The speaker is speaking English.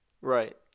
Right